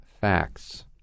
facts